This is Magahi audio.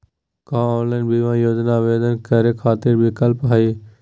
का ऑनलाइन बीमा योजना आवेदन करै खातिर विक्लप हई?